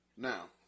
Now